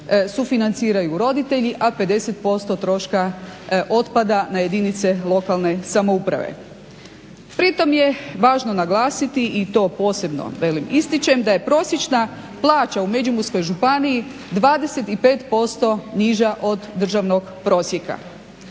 sufinanciraju roditelji, a 50% troška otpada na jedinice lokalne samouprave. pri tome je važno naglasiti i to posebno ističem da je prosječna plaća u Međimurskoj županiji 25% niža od državnog prosjeka.